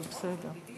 אבל בסדר.